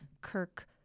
Kirk